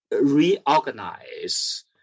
Reorganize